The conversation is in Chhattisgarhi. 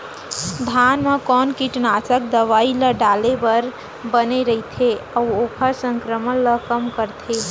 धान म कोन कीटनाशक दवई ल डाले बर बने रइथे, अऊ ओखर संक्रमण ल कम करथें?